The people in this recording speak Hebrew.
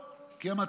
אתה רוצה לשפר?